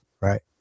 Right